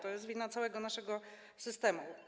To jest wina całego naszego systemu.